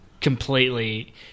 completely